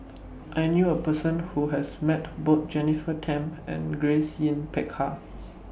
I knew A Person Who has Met Both Jennifer Tham and Grace Yin Peck Ha